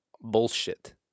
Bullshit